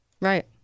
Right